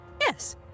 Yes